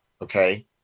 Okay